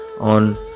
on